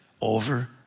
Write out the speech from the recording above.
over